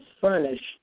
furnished